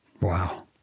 Wow